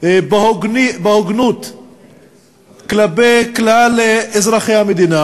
בהוגנות כלפי כלל אזרחי המדינה.